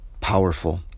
powerful